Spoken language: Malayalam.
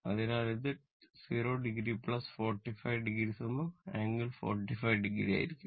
അതിനാൽ ഇത് 0 o 45o ∟45o ആയിരിക്കും